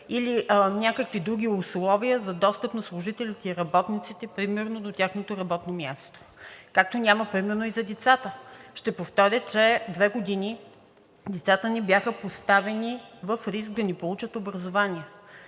или някакви други условия за достъп на служителите и работниците до тяхното работно място, както няма примерно и за децата. Ще повторя, че две години децата ни бяха поставени в риск да не получат образование.